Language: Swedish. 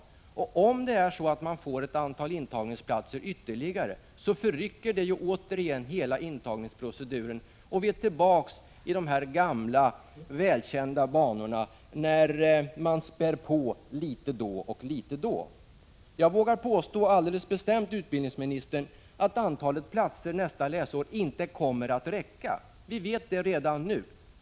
Dessutom vill jag säga att om det nu skulle bli ytterligare ett antal intagningsplatser, kommer det att innebära att hela intagningsproceduren återigen förrycks. Vi är då tillbaka i de gamla, välkända banorna — man spär på litet grand då och då. Jag vågar alldeles bestämt påstå, utbildningsministern, att antalet platser nästa läsår inte kommer att räcka till. Det vet vi redan nu.